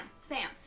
Sam